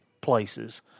places